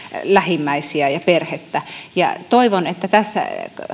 lähimmäisiä ja perhettä toivon että tässä